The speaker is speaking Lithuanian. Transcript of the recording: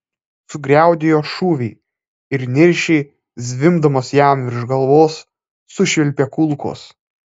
sugriaudėjo šūviai ir niršiai zvimbdamos jam virš galvos sušvilpė kulkos